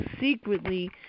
secretly